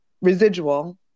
residual